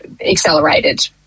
accelerated